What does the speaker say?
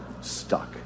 stuck